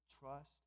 trust